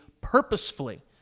purposefully